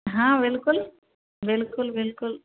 हाँ बिलकुल बिलकुल बिलकुल